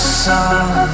sun